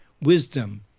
Wisdom